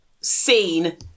seen